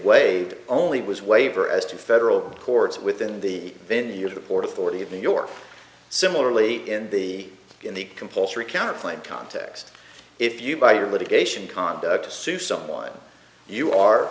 weighed only was waiver as to federal courts within the venue to the port authority of new york similarly in the in the compulsory counselling context if you by your litigation conduct to suit someone you are